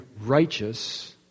righteous